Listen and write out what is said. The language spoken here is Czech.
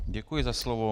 Děkuji za slovo.